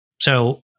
So-